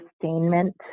sustainment